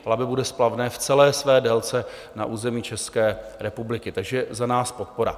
Labe bude splavné v celé své délce na území České republiky, takže za nás podpora.